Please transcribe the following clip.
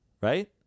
right